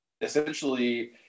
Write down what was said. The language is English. essentially